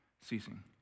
ceasing